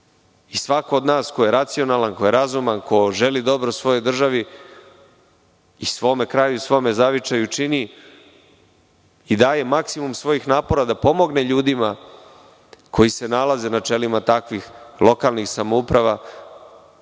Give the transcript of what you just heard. Svako od nas ko je racionalan, ko je razuman, ko želi dobro svojoj državi i svome kraju, svome zavičaju čini i daje maksimum svojih napora da pomogne ljudima koji se nalaze na čelima takvih lokalnih samouprava,